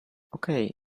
okay